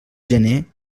gener